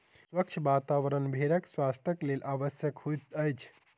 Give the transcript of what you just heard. स्वच्छ वातावरण भेड़क स्वास्थ्यक लेल आवश्यक होइत अछि